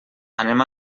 anem